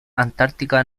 antártica